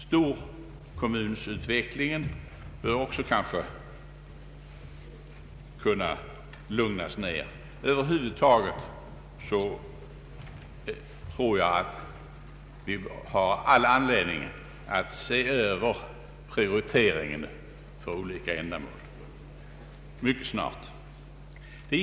Storkommunutvecklingen bör «också kunna lugnas ner, Över huvud taget tror jag att vi har all anledning att mycket snart ta prioriteringen för olika ändamål under omprövning.